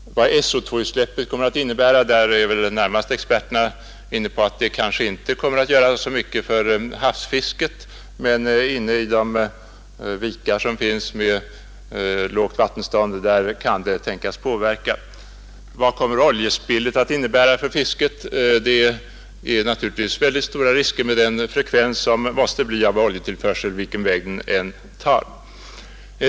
I fråga om SO,-utsläppet är väl experterna närmast inne på att det kanske inte kommer att göra så mycket för havsfisket, men inne i vikar med lågt vattenstånd kan det tänkas inverka. Vad kommer oljespillet att innebära för fisket? Det är naturligtvis mycket stora risker med den frekvens som det måste bli av oljetillförsel, vilken väg man än väljer.